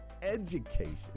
education